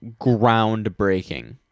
groundbreaking